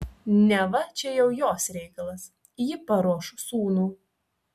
neva čia jau jos reikalas ji paruoš sūnų